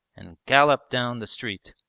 and galloped down the street.